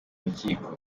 rukiko